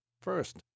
First